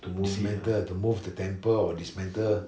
dismantle to move the temple or dismantle